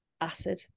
acid